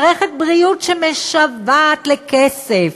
מערכת הבריאות שמשוועת לכסף,